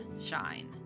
shine